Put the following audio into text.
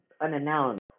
unannounced